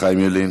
חיים ילין,